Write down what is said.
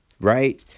right